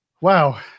wow